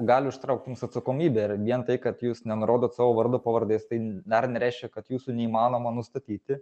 gali užtraukt mums atsakomybę ir vien tai kad jūs nenurodot savo vardo pavardės tai dar nereiškia kad jūsų neįmanoma nustatyti